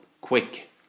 quick